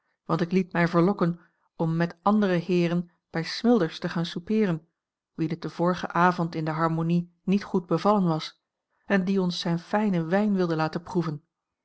want ik liet mij verlokken om met andere heeren bij smilders te gaan soupeeren wien het den vorigen avond in de harmonie niet goed bevallen was en die ons zijn fijnen wijn wilde laten proeven